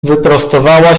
wyprostowała